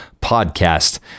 Podcast